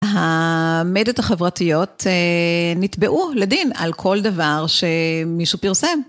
המדיות החברתיות נתבעו לדין על כל דבר שמישהו פרסם.